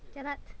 cannot